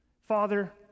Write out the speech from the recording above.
Father